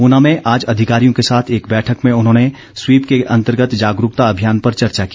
ऊना में आज अधिकारियों के साथ एक बैठक में उन्होंने स्वीप के अंतगर्त जागरूकता अभियान पर चर्चा की